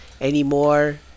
anymore